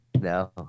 No